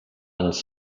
ens